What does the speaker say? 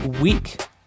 Week